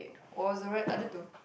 was the right other two